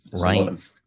Right